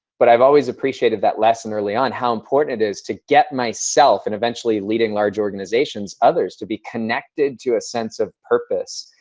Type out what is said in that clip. but i've always appreciated that lesson early on, how important it is to get myself and eventually leading large organizations, others, to be connected to a sense of purpose.